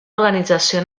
organització